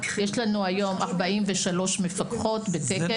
יש לנו היום 43 מפקחות בתקן.